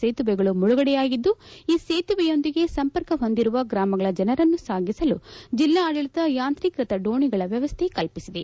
ಸೇತುವೆಗಳು ಮುಳುಗಡೆಯಾಗಿದ್ದು ಈ ಸೇತುವೆಯೊಂದಿಗೆ ಸಂಪರ್ಕ ಹೊಂದಿರುವ ಗ್ರಾಮಗಳ ಜನರನ್ನು ಸಾಗಿಸಲು ಜಿಲ್ಲಾಡಳಿತ ಯಾಂತ್ರೀಕೃತ ದೋಣಿಗಳ ವ್ಯವಸ್ಥೆ ಕಲ್ಪಿಸಿದೆ